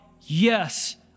yes